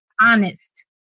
honest